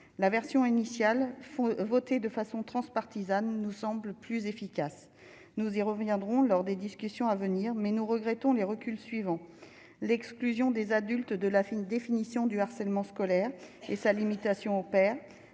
la version initiale faut voter de façon transpartisane nous semblent plus efficace, nous y reviendrons lors des discussions à venir mais nous regrettons les reculs suivant l'exclusion des adultes de la faim, une définition du harcèlement scolaire et sa limitation perd